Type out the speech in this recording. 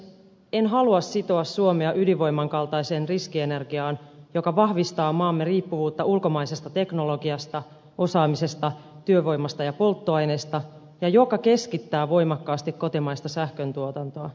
en halua sitoa suomea ydinvoiman kaltaiseen riskienergiaan joka vahvistaa maamme riippuvuutta ulkomaisesta teknologiasta osaamisesta työvoimasta ja polttoaineesta ja joka keskittää voimakkaasti kotimaista sähköntuotantoa